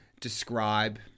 describe